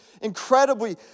incredibly